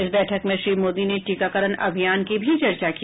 इस बैठक में श्री मोदी ने टीकाकरण अभियान की भी चर्चा की